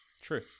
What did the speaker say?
True